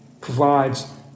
provides